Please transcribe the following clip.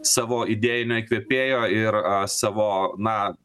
savo idėjinio įkvėpėjo ir savo na